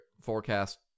forecast